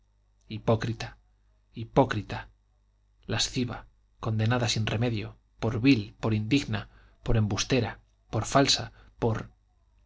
hipócrita hipócrita lasciva condenada sin remedio por vil por indigna por embustera por falsa por